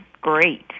great